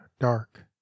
dark